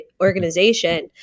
organization